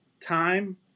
time